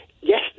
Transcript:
yes